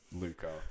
Luca